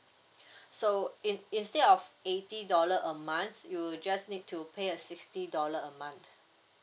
so in~ instead of eighty dollar a month you just need to pay a sixty dollar a month